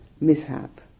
mishap